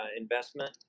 investment